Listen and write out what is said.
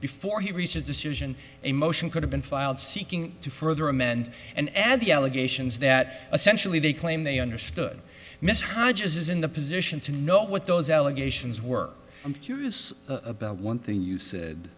before he reaches decision a motion could have been filed seeking to further amend and add the allegations that essentially they claim they understood mr hodges is in the position to know what those allegations work i'm curious about one thing you said